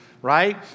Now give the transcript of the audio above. right